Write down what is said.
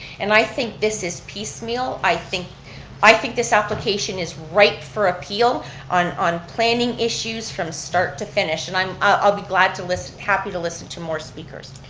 and i think this is piecemeal, i think i think this application is ripe for appeal on on planning issues from start to finish. and i'll be glad to listen, happy to listen to more speakers.